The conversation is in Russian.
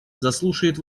заслушает